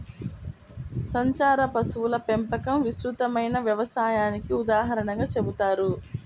సంచార పశువుల పెంపకం విస్తృతమైన వ్యవసాయానికి ఉదాహరణగా చెబుతారు